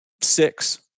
six